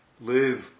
Live